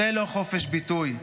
זה לא חופש ביטוי,